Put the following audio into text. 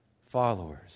followers